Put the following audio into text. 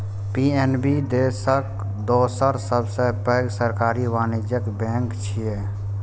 PNB देशक दोसर सबसं पैघ सरकारी वाणिज्यिक बैंक छियै